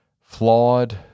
flawed